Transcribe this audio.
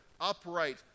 upright